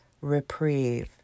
reprieve